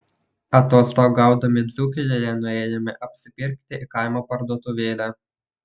atostogaudami dzūkijoje nuėjome apsipirkti į kaimo parduotuvėlę